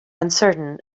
uncertain